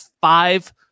five